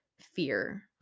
fear